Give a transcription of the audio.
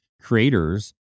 creators